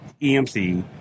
EMC